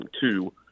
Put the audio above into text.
two